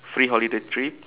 free holiday trip